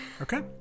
Okay